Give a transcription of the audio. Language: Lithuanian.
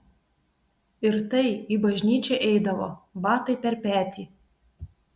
ir tai į bažnyčią eidavo batai per petį